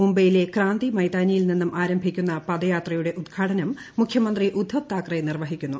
മുംബൈയിലെ ക്രാന്തി മൈതാനിയിൽ നിന്നും ആരംഭിക്കുന്ന പദയാത്രയുടെ ഉദ്ഘാടനം മുഖ്യമന്ത്രി ഉദ്ദവ് താക്കറെ നിർവഹിക്കുന്നു